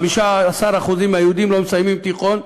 15% מהיהודים לא מסיימים תיכון,